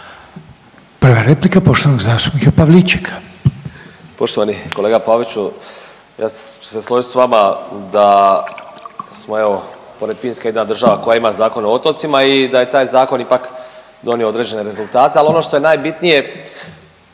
Prva replika poštovanog zastupnika Pavličeka.